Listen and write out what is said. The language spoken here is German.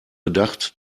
gedacht